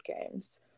games